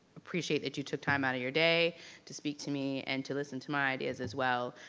appreciate that you took time out of your day to speak to me and to listen to my ideas as well,